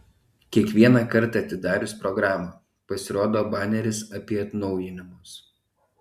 kiekvieną kartą atidarius programą pasirodo baneris apie atnaujinimus